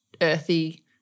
earthy